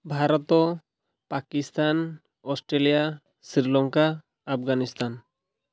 Bharat Pakistan Australia Sri Lanka Afghanistan